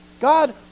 God